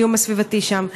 הזיהום הסביבתי שם.